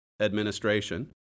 administration